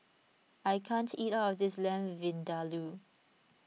I can't eat all of this Lamb Vindaloo